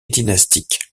dynastique